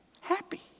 happy